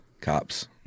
cops